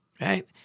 right